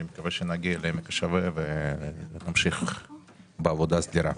אני מקווה שנגיע לעמק השווה ונמשיך בעבודה הסדירה.